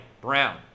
brown